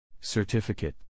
Certificate